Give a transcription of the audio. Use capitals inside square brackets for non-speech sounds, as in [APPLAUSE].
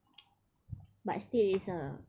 [NOISE] [NOISE] but still it's a